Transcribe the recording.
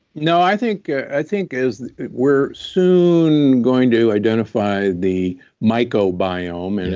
no, i think i think as we're soon going to identify the mycobiome, and